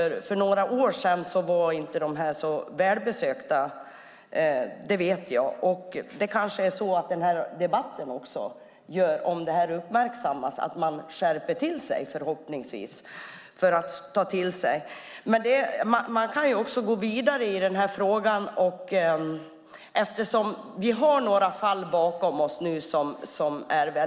För några år sedan var de frivilliga utbildningarna inte så välbesökta, men om det här uppmärksammas i debatten skärper man kanske till sig. Vi har några tragiska fall bakom oss.